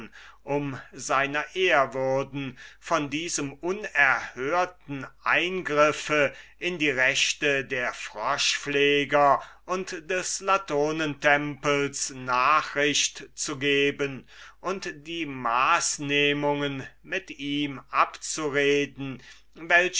um ihn von diesem unerhörten eingriffe in die rechte der batrachotrophen und des latonentempels nachricht zu geben und die maßnehmungen abzureden